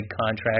contract